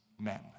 men